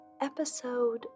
Episode